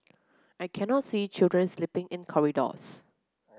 I cannot see children sleeping in corridors